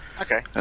Okay